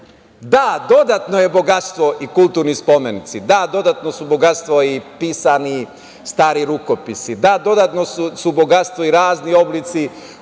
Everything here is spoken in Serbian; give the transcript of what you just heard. dodatno je bogatstvo i kulturni spomenici. Da, dodatno su bogatstvo i pisani stari rukopisi. Da, dodatno su bogatstvo i razni oblici